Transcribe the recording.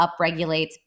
upregulates